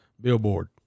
Billboard